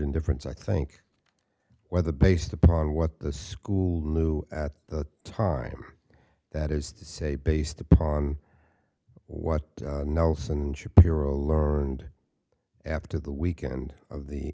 indifference i think whether based upon what the school knew at the time that is to say based upon what nelson shapiro learned after the weekend of the